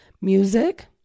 Music